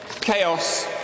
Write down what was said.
chaos